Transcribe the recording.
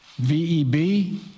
VEB